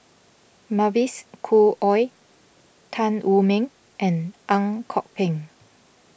Mavis Khoo Oei Tan Wu Meng and Ang Kok Peng